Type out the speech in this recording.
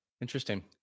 Interesting